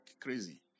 crazy